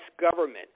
government